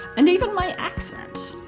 and even my accent.